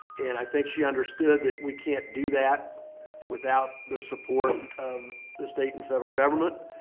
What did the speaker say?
and i think she understood that we can't do that without the support of the state and federal government,